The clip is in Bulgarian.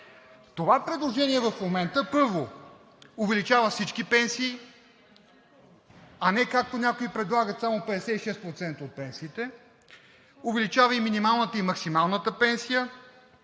Това предложение в момента, първо, увеличава всички пенсии, а не, както някой предлагат, само 56% от пенсиите; увеличава и минималната и максималната пенсия,